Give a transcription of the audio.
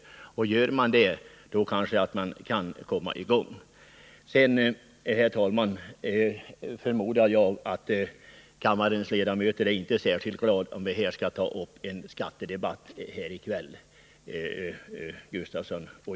Gör man det kanske man kan komma i gång. Sedan, herr talman, förmodar jag att kammarens ledamöter inte blir särskilt glada om Hans Gustafsson och jag tar upp en skattedebatt här i kväll.